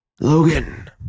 Logan